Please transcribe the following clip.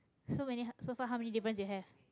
so many so far how many difference you have